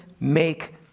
make